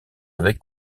avec